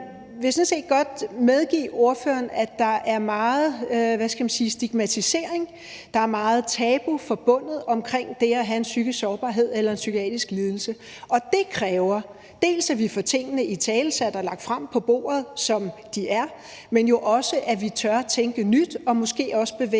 Jeg vil sådan set godt medgive ordføreren, at der er meget, hvad skal man sige, stigmatisering og der er meget tabu forbundet med det at have en psykisk sårbarhed eller en psykiatrisk lidelse, og det kræver, dels at vi får tingene italesat og lagt frem på bordet, som de er, dels at vi tør at tænke nyt og måske også bevæge